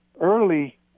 early